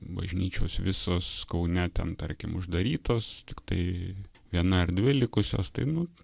bažnyčios visos kaune ten tarkim uždarytos tiktai viena erdvė likusios tai nu